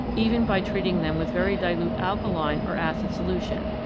even by treating them with very dilute alkaline or acid solution,